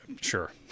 sure